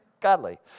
godly